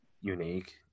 unique